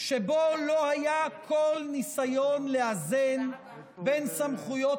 שבו לא היה כל ניסיון לאזן בין סמכויות